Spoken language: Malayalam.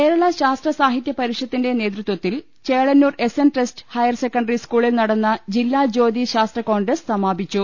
കേരള ശാസ്ത്രസാഹിത്യപരിഷത്തിന്റെ നേതൃത്വത്തിൽ Chelannur S N trust higher secondary സ്കൂളിൽ നടന്ന ജില്ലാ ജ്യോതി ശാസ്ത്ര കോൺഗ്രസ് സമാപിച്ചു